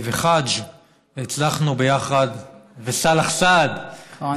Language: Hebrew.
גם חאג' יחיא וסאלח סעד, נכון.